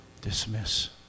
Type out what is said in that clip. dismiss